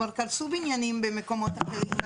כבר קרסו בניינים במקומות אחרים,